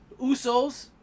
Usos